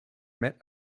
met